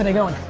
and going?